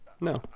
No